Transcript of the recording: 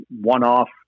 one-off